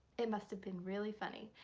it must have been really funny.